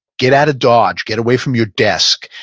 get out of dodge, get away from your desk,